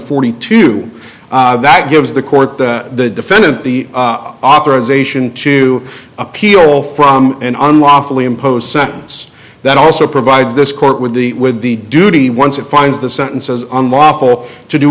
forty two that gives the court that the defendant the authorization to appeal from an unlawfully impose sentence that also provides this court with the with the duty once it finds the sentence as unlawful you do